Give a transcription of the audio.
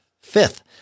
fifth